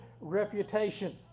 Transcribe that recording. reputation